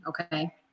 okay